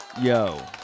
yo